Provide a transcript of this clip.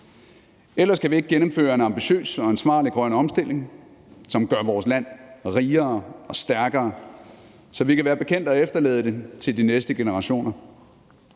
Ellers kan vi ikke gennemføre en ambitiøs og ansvarlig grøn omstilling, som gør vores land rigere og stærkere, så vi kan være bekendt at efterlade det til de næste generationer.